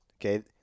okay